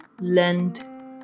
lend